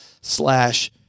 slash